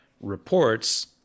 reports